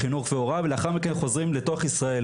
ולאחר מכן חוזרים לתוך ישראל.